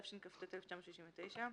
התשכ"ט 1969,